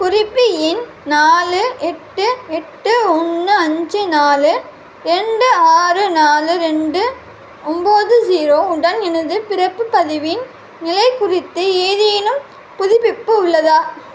குறிப்பு எண் நாலு எட்டு எட்டு ஒன்று அஞ்சு நாலு ரெண்டு ஆறு நாலு ரெண்டு ஒம்பது ஸீரோ உடன் எனது பிறப்பு பதிவின் நிலை குறித்து ஏதேனும் புதுப்பிப்பு உள்ளதா